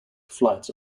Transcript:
flights